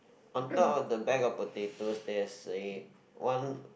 on top of the bag of potatoes there's a one